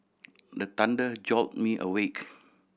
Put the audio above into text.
the thunder jolt me awake